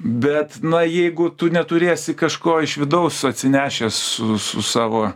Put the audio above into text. bet na jeigu tu neturėsi kažko iš vidaus atsinešęs su savo